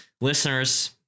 Listeners